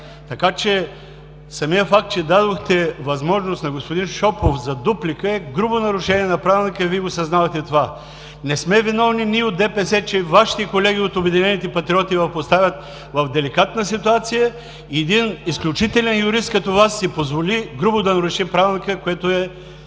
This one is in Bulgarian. водене. Самият факт, че дадохте възможност на господин Шопов за дуплика, е грубо нарушение на Правилника и Вие го съзнавате. Не сме виновни ние от ДПС, че Вашите колеги от „Обединени патриоти“ Ви поставят в деликатна ситуация и изключителен юрист като Вас си позволи грубо да наруши Правилника, което е